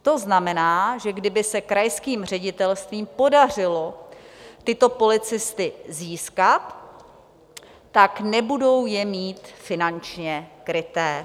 To znamená, že kdyby se krajským ředitelstvím podařilo tyto policisty získat, nebudou je mít finančně kryté.